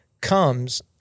comes